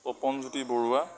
Tapan Jyoti Barua